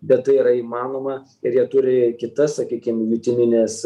bet tai yra įmanoma ir jie turi kitas sakykim jutimines